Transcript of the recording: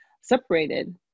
separated